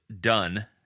done